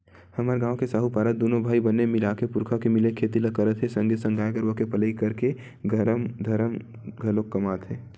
हमर गांव के साहूपारा दूनो भाई बने मिलके पुरखा के मिले खेती ल करत हे संगे संग गाय गरुवा के पलई करके धरम घलोक कमात हे